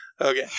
Okay